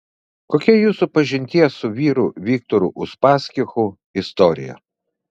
kokia jūsų pažinties su vyru viktoru uspaskichu istorija